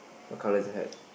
what colour is the hat